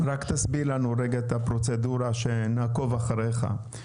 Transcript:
רק תסביר לנו רגע את הפרוצדורה שנעקוב אחריך.